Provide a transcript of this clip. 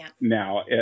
now